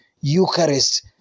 Eucharist